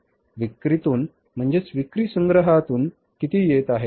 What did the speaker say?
विक्रीतून म्हणजेच विक्री संग्रहातून किती येत आहेत